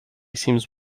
seems